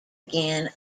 again